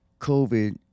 COVID